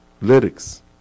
lyrics